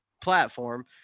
platform